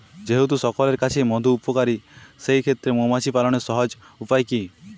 যেহেতু সকলের কাছেই মধু উপকারী সেই ক্ষেত্রে মৌমাছি পালনের সহজ উপায় কি?